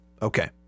Okay